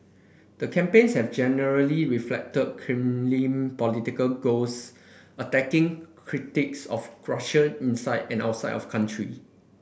the campaigns have generally reflected Kremlin political goals attacking critics of Russia inside and outside of country